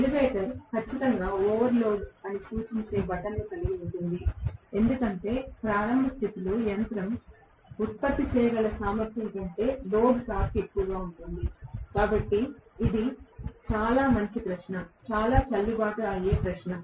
elevator ఖచ్చితంగా overload అని సూచించే బటన్ను కలిగి ఉంటుంది ఎందుకంటే ప్రారంభ స్థితిలో యంత్రం ఉత్పత్తి చేయగల సామర్థ్యం కంటే లోడ్ టార్క్ ఎక్కువగా ఉంటుంది కాబట్టి ఇది చాలా మంచి ప్రశ్న చాలా చెల్లుబాటు అయ్యే ప్రశ్న